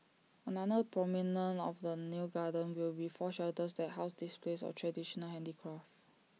another prominent of the new garden will be four shelters that house displays of traditional handicraft